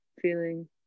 feeling